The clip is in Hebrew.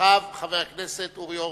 אחריו, חבר הכנסת אורי אורבך.